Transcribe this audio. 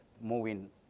moving